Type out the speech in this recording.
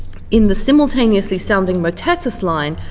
in the simultaneously sounding motetus line,